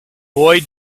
boy